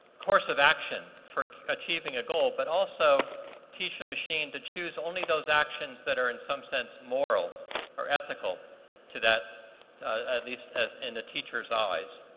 course of action for achieving a goal, but also teaches a machine to choose only those actions that are in some sense, moral or ethical to that at least in the teacher's eyes.